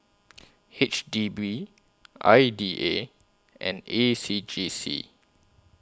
H D B I D A and A C J C